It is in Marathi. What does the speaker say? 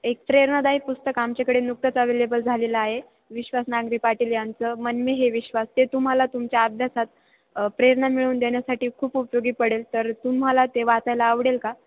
एक प्रेरणादायक पुस्तक आमच्याकडे नुकतंच अवेलेबल झालेला आहे विश्वास नांगरे पाटील यांंचं मन मे है विश्वास ते तुम्हाला तुमच्या अभ्यासात प्रेरणा मिळवून देण्यासाठी खूप उपयोगी पडेल तर तुम्हाला ते वाचायला आवडेल का